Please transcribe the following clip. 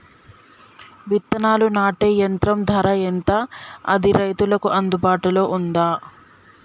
విత్తనాలు నాటే యంత్రం ధర ఎంత అది రైతులకు అందుబాటులో ఉందా?